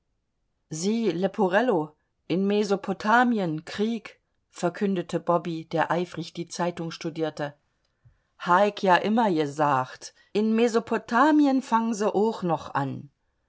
sie leporello in mesopotamien krieg verkündete bobby der eifrig die zeitung studierte ha ick ja immer jesagt in mesopotamien fangen se ooch noch an